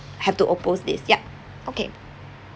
have to oppose this ya okay